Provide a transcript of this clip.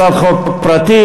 הצעת חוק פרטית.